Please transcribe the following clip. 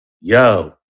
yo